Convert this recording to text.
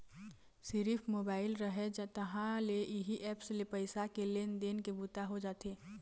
सिरिफ मोबाईल रहय तहाँ ले इही ऐप्स ले पइसा के लेन देन के बूता हो जाथे